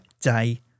day